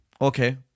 Okay